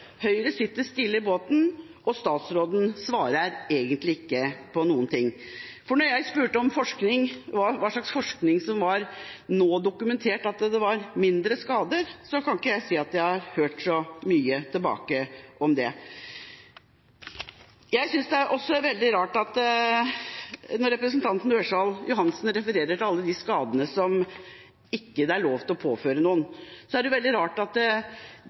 Høyre sitter stille i båten, og statsråden svarer egentlig ikke på noen ting. Jeg spurte om hva slags forskning som foreligger som dokumenterer at det er mindre skader, men jeg kan ikke si at jeg har hørt så mye tilbake om det. Representanten Ørsal Johansen refererer til alle de skadene som det ikke er lov til å påføre noen. Da synes jeg det er veldig rart at